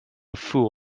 fool